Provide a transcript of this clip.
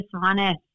dishonest